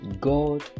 God